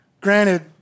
granted